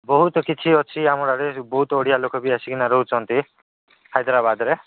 ବହୁତ କିଛି ଅଛି ଆମର ଆଡ଼େ ବହୁତ ଓଡ଼ିଆ ଲୋକ ବି ଆସିକିନା ରହୁଛନ୍ତି ହାଇଦ୍ରାବାଦରେ